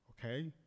okay